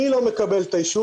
מי לא מקבל את האישור?